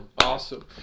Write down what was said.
Awesome